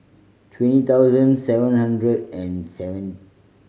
twenty thousand seven hundred and seven